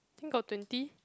think got twenty